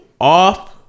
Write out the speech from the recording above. off